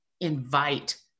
invite